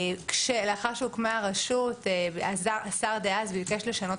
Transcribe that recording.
לאחר שהוקמה הרשות השר דאז ביקש לשנות